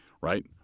right